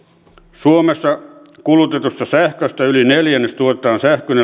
suomessa kulutetusta sähköstä yli neljännes tuotetaan sähkön